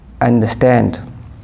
understand